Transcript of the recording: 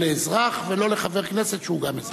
לא לאזרח ולא לחבר כנסת שהוא גם אזרח.